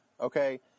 okay